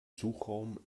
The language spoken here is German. suchraum